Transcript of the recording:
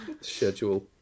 schedule